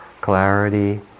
clarity